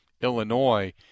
illinois